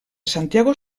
santiago